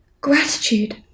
Gratitude